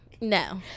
No